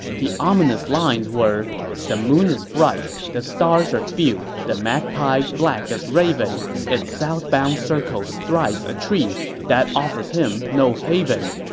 the ominous lines were the moon is bright, the stars are few the magpie black as raven it southbound circles thrice a tree that offers him no haven